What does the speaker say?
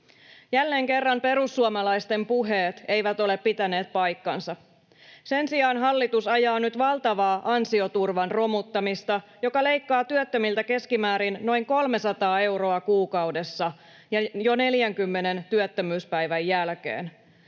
Jälleen kerran perussuomalaisten puheet eivät ole pitäneet paikkaansa. Sen sijaan hallitus ajaa nyt valtavaa ansioturvan romuttamista, joka leikkaa työttömiltä keskimäärin noin 300 euroa kuukaudessa jo 40 työttömyyspäivän jälkeen.